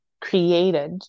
created